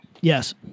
Yes